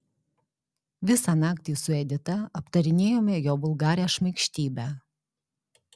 visą naktį su edita aptarinėjome jo vulgarią šmaikštybę